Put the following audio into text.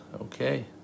Okay